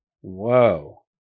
Whoa